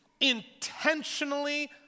intentionally